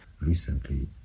Recently